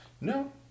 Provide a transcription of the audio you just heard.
No